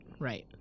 right